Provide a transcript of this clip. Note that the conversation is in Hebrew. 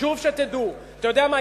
חשוב שתדעו, אתה יודע מה?